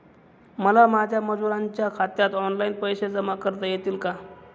मला माझ्या मजुरांच्या खात्यात ऑनलाइन पैसे जमा करता येतील का?